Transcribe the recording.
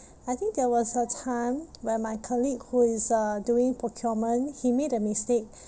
I think there was a time when my colleague who is uh doing procurement he made a mistake